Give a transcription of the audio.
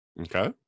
Okay